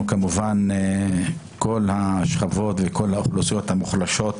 אנחנו כמובן, כל השכבות וכל האוכלוסיות המוחלשות,